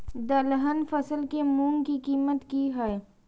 दलहन फसल के मूँग के कीमत की हय?